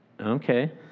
Okay